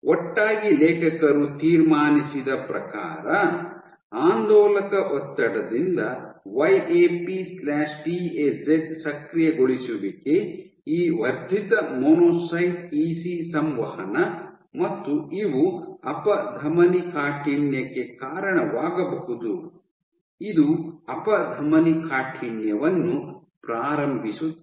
ಒಟ್ಟಾಗಿ ಲೇಖಕರು ತೀರ್ಮಾನಿಸಿದ ಪ್ರಕಾರ ಆಂದೋಲಕ ಒತ್ತಡದಿಂದ Y A P T A Z ಸಕ್ರಿಯಗೊಳಿಸುವಿಕೆ ಈ ವರ್ಧಿತ ಮೊನೊಸೈಟ್ ಇಸಿ ಸಂವಹನ ಮತ್ತು ಇವು ಅಪಧಮನಿಕಾಠಿಣ್ಯಕ್ಕೆ ಕಾರಣವಾಗಬಹುದು ಇದು ಅಪಧಮನಿಕಾಠಿಣ್ಯವನ್ನು ಪ್ರಾರಂಭಿಸುತ್ತದೆ